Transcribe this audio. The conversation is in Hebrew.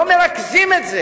לא מרכזים את זה